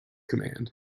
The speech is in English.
command